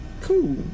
Cool